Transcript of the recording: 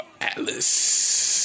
Atlas